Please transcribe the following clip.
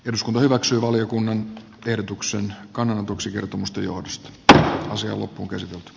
eduskunta hyväksyy valiokunnan ehdotuksen kannanotoksi kertomusta juudas eduskunnalle antaa